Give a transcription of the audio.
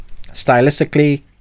stylistically